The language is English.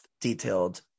detailed